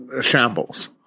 shambles